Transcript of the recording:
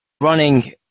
running